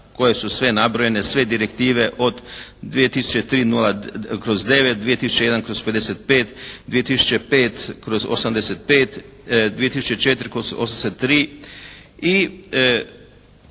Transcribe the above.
koje su sve nabrojane, sve direktive od 2003/9, 2001/55, 2005/85, 2004/83.